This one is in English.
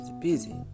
busy